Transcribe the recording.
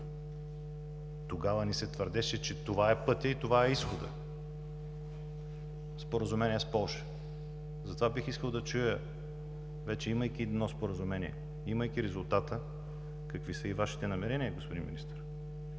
Тогава се твърдеше, че това е пътят и това е изходът – Споразумение с Полша. Затова бих искал да чуя: имайки вече едно Споразумение, имайки резултата, какви са Вашите намерения, господин Министър?